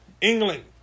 England